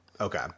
Okay